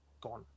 gone